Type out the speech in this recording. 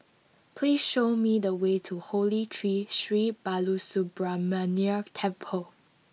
please show me the way to Holy Tree Sri Balasubramaniar Temple